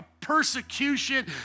persecution